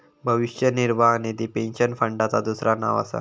भविष्य निर्वाह निधी पेन्शन फंडाचा दुसरा नाव असा